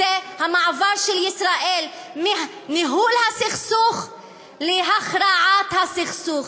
זה המעבר של ישראל מניהול הסכסוך להכרעת הסכסוך.